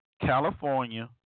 California